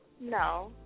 no